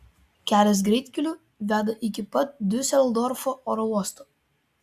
kelias greitkeliu veda iki pat diuseldorfo oro uosto